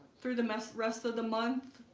through the rest rest of the month.